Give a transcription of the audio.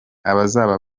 abazaba